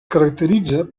caracteritza